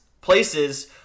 places